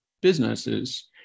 businesses